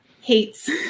hates